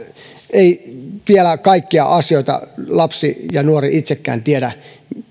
ei vielä kaikkia asioita lapsi ja nuori itsekään tiedä